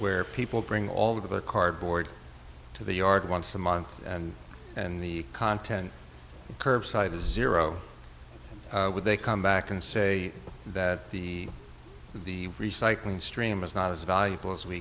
where people bring all of a cardboard to the yard once a month and and the content curbside is zero when they come back and say that the the recycling stream is not as valuable as we